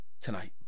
tonight